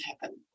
happen